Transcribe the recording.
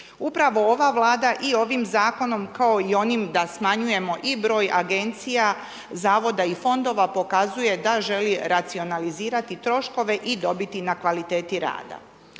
Upravo ova vlada i ovim zakonom, kao i onim, da smanjujemo i broj agencija, zavoda i fondova, pokazuje da želi racionalizirati troškove i dobiti na kvaliteti rada.